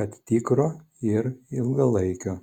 kad tikro ir ilgalaikio